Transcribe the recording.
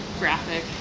graphic